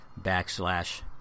backslash